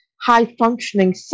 high-functioning